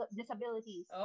disabilities